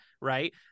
right